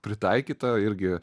pritaikyta irgi